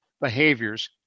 behaviors